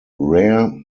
rare